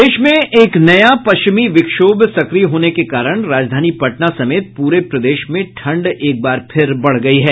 प्रदेश में एक नया पश्चिमी विक्षोभ सक्रिय होने के कारण राजधानी पटना समेत पूरे प्रदेश में ठंड एक बार फिर बढ़ गयी है